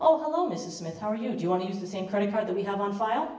oh hello mrs smith how are you do you want to use the same credit card that we have on file